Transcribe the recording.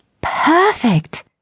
perfect